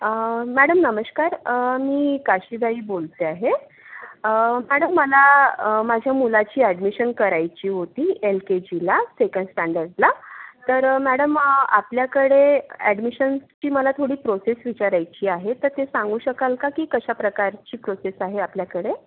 अं madam नमश्कार अं मी काशीबाई बोलते आहे अं मॅडम मला अं माझ्या मुलाची ॲडमिशन करायची होती एलकेजी ला सेकंड स्टँडर्डला तर अं मॅडम आपल्याकडे ॲडमिशन्सची मला थोडी प्रोसेस विचारायची आहे त ते सांगू शकाल का की कशा प्रकारची प्रोसेस आहे आपल्याकडे